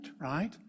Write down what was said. right